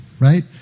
right